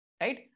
right